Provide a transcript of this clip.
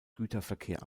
güterverkehr